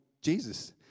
Jesus